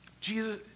Jesus